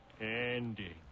Andy